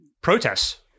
protests